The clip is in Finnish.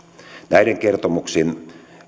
näiden kertomuksien